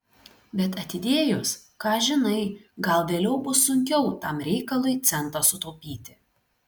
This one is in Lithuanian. bet atidėjus ką žinai gal vėliau bus sunkiau tam reikalui centą sutaupyti